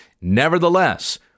Nevertheless